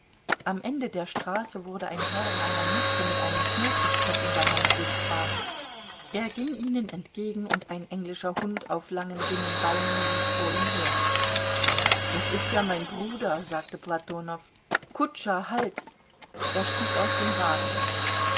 am ende der straße wurde ein herr in einer mütze mit einem knotenstock in der hand sichtbar er ging ihnen entgegen und ein englischer hund auf langen dünnen beinen lief vor ihm her das ist ja mein bruder sagte platonow kutscher halt er stieg aus dem wagen